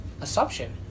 assumption